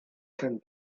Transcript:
can